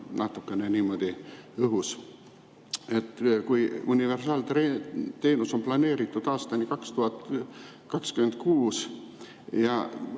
natukene niimoodi õhus. Universaalteenus on planeeritud aastani 2026,